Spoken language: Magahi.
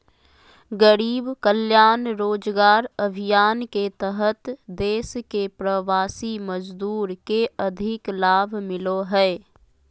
गरीब कल्याण रोजगार अभियान के तहत देश के प्रवासी मजदूर के अधिक लाभ मिलो हय